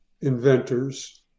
inventors